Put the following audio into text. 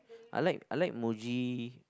I like I like Muji